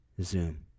Zoom